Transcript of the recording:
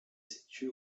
situe